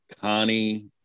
Connie